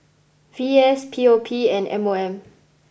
V S P O P and M O M